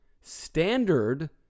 Standard